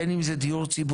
בין אם זה דיור ציבורי,